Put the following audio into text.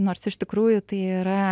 nors iš tikrųjų tai yra